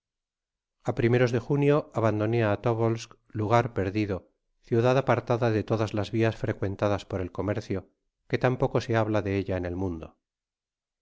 a primeros de junio abandoné á tobolsk lugar perdido ciudad apartada de todas las vias frecuentadas por el comercio que tan poco se habla de ella en el mundo